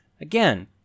Again